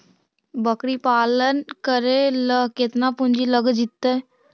बकरी पालन करे ल केतना पुंजी लग जितै?